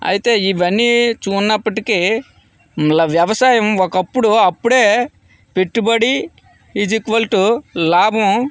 అయితే ఇవన్నీ చూడనప్పటికీ వ్యవసాయం ఒకప్పుడు అప్పుడే పెట్టుబడి ఇస్ ఈక్వల్ టు లాభం